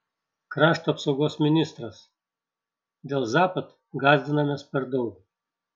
krašto apsaugos ministras dėl zapad gąsdinamės per daug